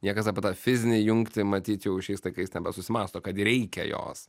niekas apie tą fizinę jungtį matyt jau šiais laikais nebesusimąsto kad reikia jos